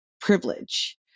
privilege